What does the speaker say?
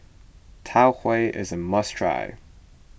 Tau Huay is a must try